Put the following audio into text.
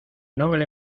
noble